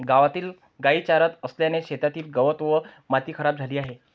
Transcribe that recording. गावातील गायी चरत असल्याने शेतातील गवत व माती खराब झाली आहे